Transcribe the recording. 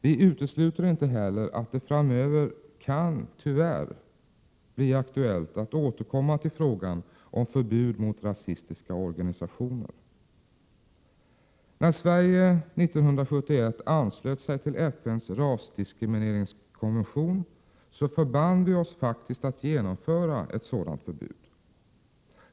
Vi utesluter inte heller att det framöver tyvärr kan bli aktuellt att återkomma till frågan om förbud mot rasistiska organisationer. När Sverige 1971 anslöt sig till FN:s rasdiskrimineringskonvention, förband vi oss faktiskt att genomföra ett sådant förbud.